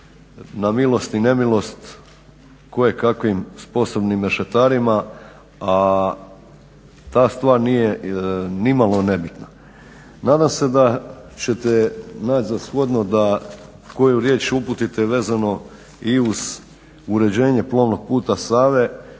na milost i nemilost kojekakvim sposobnim mešetarima a ta stvar nije nimalo nebitna. Nadam se da ćete nać za shodno da koju riječ uputite vezano i uz uređenje plovnog puta Save